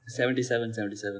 seventy seven seventy seven